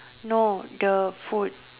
no the food